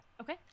Okay